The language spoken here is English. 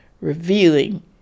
revealing